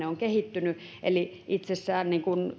on kehittynyt eli itsessään